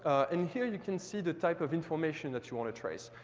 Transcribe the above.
and here, you can see the type of information that you want to trace.